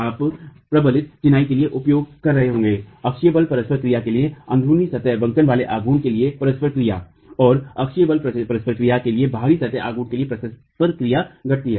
आप प्रबलित चिनाई के लिए उपयोग कर रहे होंगे अक्षीय बल परस्पर क्रिया के लिए अन्ध्रुनी सतह बंकन वाले आघूर्ण के लिए परस्पर क्रिया और अक्षीय बल परस्पर क्रिया के लिए बहरी सतह आघूर्ण के लिए परस्पर क्रिया घटती है